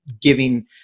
giving